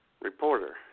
Reporter